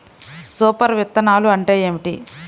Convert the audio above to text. Super విత్తనాలు అంటే ఏమిటి?